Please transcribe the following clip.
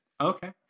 Okay